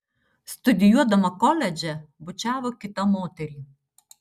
studijuodama koledže bučiavo kitą moterį